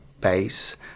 base